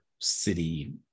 city